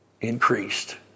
increased